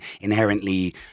inherently